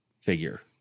figure